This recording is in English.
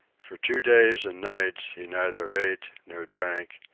for two days and nights he neither ate nor drank,